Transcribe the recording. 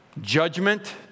Judgment